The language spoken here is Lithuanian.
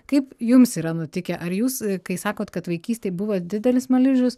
kaip jums yra nutikę ar jūs kai sakot kad vaikystėj buvot didelis smaližius